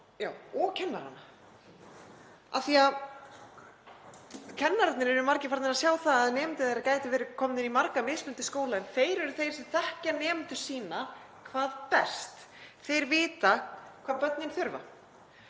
og kennarana. Kennararnir eru margir farnir að sjá að nemendur þeirra gætu verið komnir í marga mismunandi skóla en þeir eru þeir sem þekkja nemendur sína hvað best. Þeir vita hvað börnin þurfa.